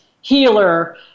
healer